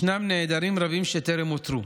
ישנם נעדרים רבים שטרם אותרו.